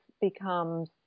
becomes